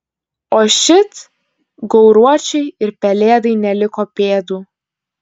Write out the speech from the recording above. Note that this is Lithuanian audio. o šit gauruočiui ir pelėdai neliko pėdų